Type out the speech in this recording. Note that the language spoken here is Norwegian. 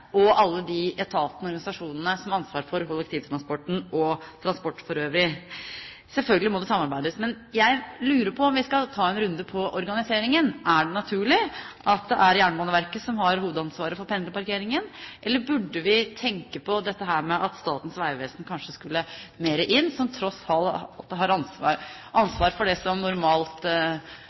og alle de etatene og organisasjonene som har ansvaret for kollektivtransporten og transport for øvrig. Selvfølgelig må det samarbeides. Men jeg lurer på om vi skal ta en runde på organiseringen: Er det naturlig at det er Jernbaneverket som har hovedansvaret for pendlerparkeringen? Eller burde vi tenke på at Statens vegvesen kanskje skulle mer inn, som tross alt har ansvar for det som